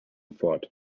fort